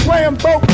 Rambo